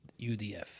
UDF